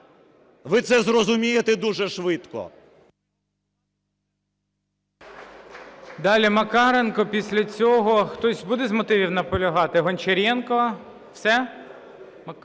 ви це зрозумієте дуже швидко.